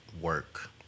work